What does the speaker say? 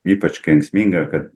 ypač kenksminga ka